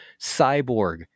Cyborg